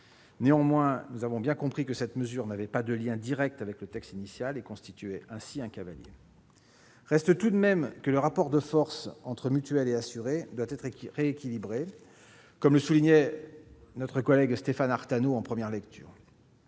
Néanmoins, nous avons bien compris que cette mesure n'avait pas de lien direct avec le texte initial et constituait, dès lors, un cavalier. Reste que le rapport de force entre mutuelles et assurés doit être rééquilibré, comme l'a signalé notre collègue Stéphane Artano en première lecture.